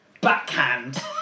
backhand